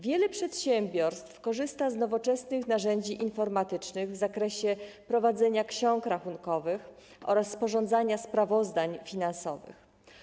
Wiele przedsiębiorstw korzysta z nowoczesnych narzędzi informatycznych w zakresie prowadzenia ksiąg rachunkowych oraz sporządzania sprawozdań finansowych.